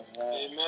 Amen